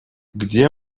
где